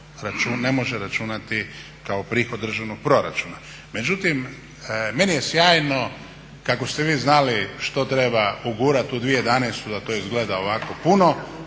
ne može računati kao prihod državnog proračuna. Međutim meni je sjajno kako ste vi znali što treba ugurati u 2011.da to izgleda ovako puno,